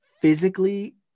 physically